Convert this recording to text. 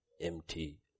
Empty